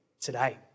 today